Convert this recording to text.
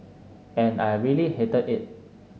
and I really hated it